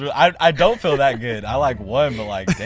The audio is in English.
yeah i don't feel that good. i like won, but, like,